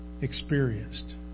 experienced